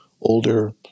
older